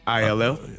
ILL